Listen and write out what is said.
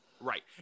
Right